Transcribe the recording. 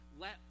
let